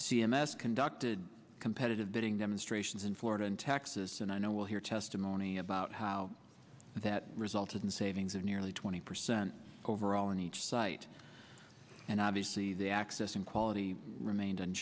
c m s conducted competitive bidding demonstrations in florida and texas and i know we'll hear testimony about how that resulted in savings of nearly twenty percent overall in each site and obviously the access and quality remained